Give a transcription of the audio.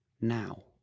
now